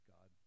God